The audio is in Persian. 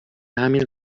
همین